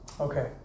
Okay